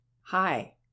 hi